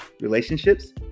relationships